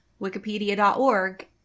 wikipedia.org